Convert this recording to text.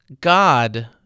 God